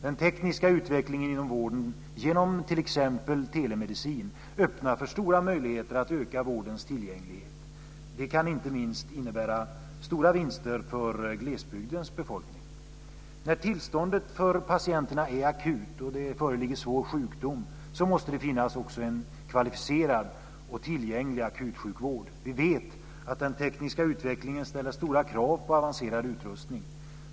Den tekniska utvecklingen inom vården genom t.ex. telemedicin öppnar för stora möjligheter att öka vårdens tillgänglighet. Det kan inte minst innebära stora vinster för glesbygdens befolkning. När tillståndet för patienterna är akut och det föreligger svår sjukdom måste det också finnas en kvalificerad och tillgänglig akutsjukvård. Vi vet att den tekniska utvecklingen ställer stora krav på avancerad utrustning.